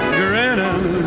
grinning